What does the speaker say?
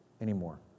anymore